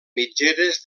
mitgeres